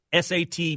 SAT